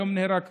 היום נהרג בעכו,